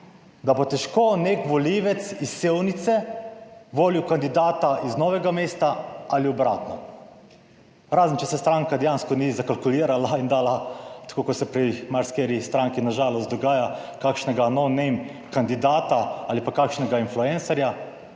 Da bo težko nek volivec iz Sevnice volil kandidata iz Novega mesta ali obratno, razen, če se stranka dejansko ni zakalkulirala in dala tako kot se pri marsikateri stranki na žalost dogaja, kakšnega no name kandidata ali pa kakšnega influencerja.